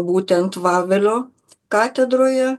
būtent vavelio katedroje